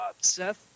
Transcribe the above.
Seth